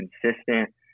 consistent